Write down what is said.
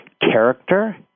character